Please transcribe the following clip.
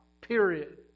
Period